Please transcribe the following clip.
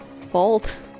vault